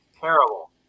Terrible